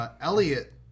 Elliot